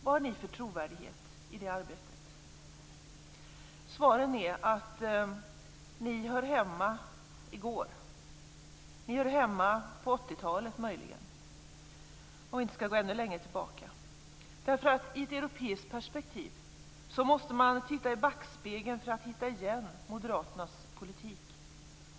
Vad har ni för trovärdighet i det arbetet? Svaret är att ni hör hemma i gårdagen. Ni hör möjligen hemma på 80-talet, om vi inte skall gå ännu längre tillbaka. I ett europeiskt perspektiv måste man titta i backspegeln för att hitta Moderaternas politik.